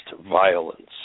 violence